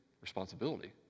responsibility